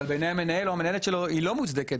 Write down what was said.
אבל בעיני המנהל או המנהלת שלו היא לא מוצדקת,